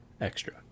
extra